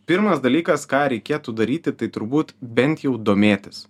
pirmas dalykas ką reikėtų daryti tai turbūt bent jau domėtis